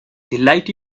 light